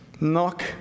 Knock